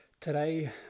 Today